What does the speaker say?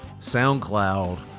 SoundCloud